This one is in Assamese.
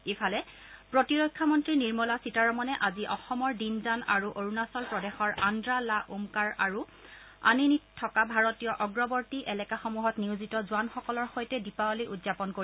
ইফালেপ্ৰতিৰক্ষা মন্ত্ৰী নিৰ্মলা সীতাৰমণে আজি অসমৰ দীনজান আৰু অৰুণাচল প্ৰদেশৰ আন্দ্ৰা লা ওমকাৰ আৰু আনিনীত থকা ভাৰতীয় অগ্ৰৱৰ্তী এলেকাসমূহত নিয়োজিত জোৱানসকলৰ সৈতে দীপাৱলী উদযাপন কৰিব